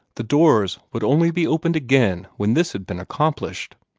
the doors would only be opened again when this had been accomplished.